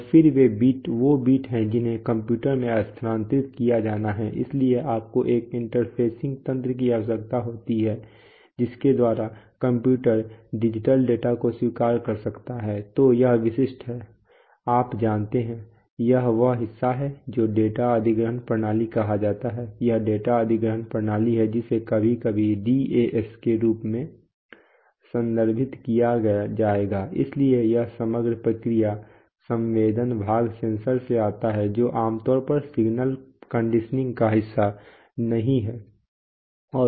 और फिर वो बिट हैं जिन्हें कंप्यूटर में स्थानांतरित किया जाना है इसलिए आपको एक इंटरफेसिंग तंत्र की आवश्यकता है जिसके द्वारा कंप्यूटर डिजिटल डेटा को स्वीकार कर सकता है तो ये विशिष्ट हैं आप जानते हैं यह वह हिस्सा है जो डेटा अधिग्रहण प्रणाली कहा जाता है यह डेटा अधिग्रहण प्रणाली है जिसे कभी कभी DAS के रूप में संदर्भित किया जाएगा इसलिए यह समग्र प्रक्रिया संवेदन भाग सेंसर से आता है जो आमतौर पर सिग्नल कंडीशनिंग का हिस्सा नहीं है